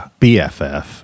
BFF